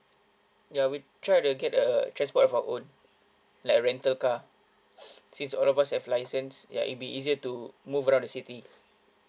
ya we try to get a transport of our own like rental car since all of us have license ya it'll be easier to move around the city